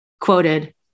quoted